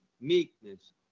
meekness